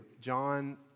John